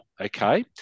okay